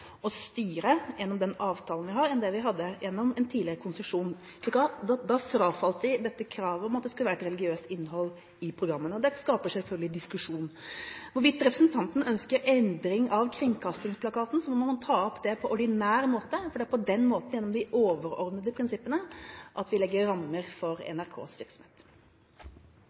å styre gjennom den avtalen vi har, enn slik vi hadde det gjennom en tidligere konsesjon. Da frafalt vi dette kravet om at det skulle være et religiøst innhold i programmene. Dette skaper selvfølgelig diskusjon. Om representanten ønsker endring av kringkastingsplakaten, må han ta opp det på ordinær måte, for det er på den måten, gjennom de overordnede prinsippene, at vi legger rammer for NRKs virksomhet.